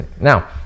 Now